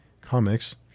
Comics